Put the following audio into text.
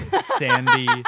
Sandy